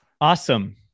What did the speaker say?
awesome